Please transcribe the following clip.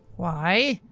why?